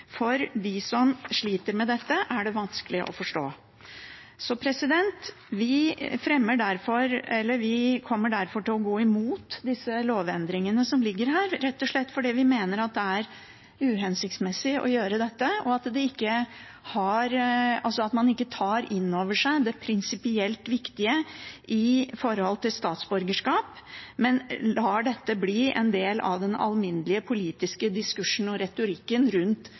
for dem som sliter med dette, er det vanskelig å forstå. Vi kommer derfor til å gå imot lovendringene som ligger her, rett og slett fordi vi mener at det er uhensiktsmessig å gjøre dette – at man ikke tar inn over seg det prinsipielt viktige med hensyn til statsborgerskap, men lar dette bli en del av den alminnelige politiske diskursen og retorikken